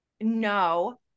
No